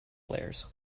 layers